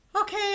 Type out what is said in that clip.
Okay